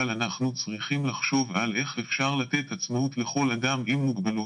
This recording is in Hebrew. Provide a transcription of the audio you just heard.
אבל אנחנו צריכים לחשוב על איך אפשר לתת עצמאות לכל אדם עם מוגבלות.